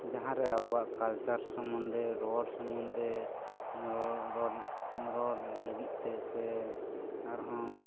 ᱡᱟᱦᱟᱸᱨᱮ ᱟᱵᱚᱣᱟᱜ ᱠᱟᱞᱪᱟᱨ ᱥᱚᱢᱢᱚᱱᱫᱷᱮ ᱨᱚᱲ ᱥᱚᱢᱢᱞᱚᱱᱫᱷᱮ ᱨᱚᱲ ᱨᱚᱲ ᱨᱚᱲ ᱞᱟᱹᱜᱤᱫ ᱛᱮ ᱥᱮ ᱟᱨ ᱦᱚᱸ